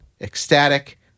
ecstatic